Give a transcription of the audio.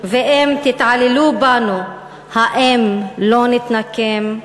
תתעללו בנו, האם לא נתנקם?